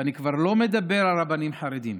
ואני כבר לא מדבר על רבנים חרדים,